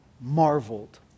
marveled